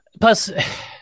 plus